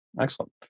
Excellent